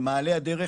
במעלה הדרך,